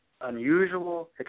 unusual